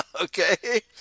Okay